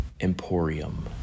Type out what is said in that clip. emporium